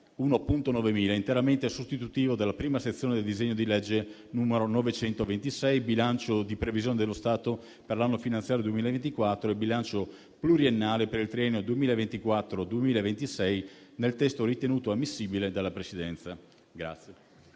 1.9000, interamente sostitutivo della prima sezione del disegno di legge n. 926 «Bilancio di previsione dello Stato per l'anno finanziario 2024 e bilancio pluriennale per il triennio 2024-2026», nel testo ritenuto ammissibile dalla Presidenza.